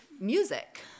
music